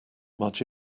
much